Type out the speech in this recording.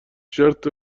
شرت